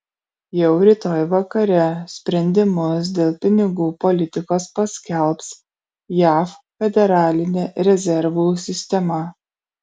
jau rytoj vakare sprendimus dėl pinigų politikos paskelbs jav federalinė rezervų sistema